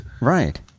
Right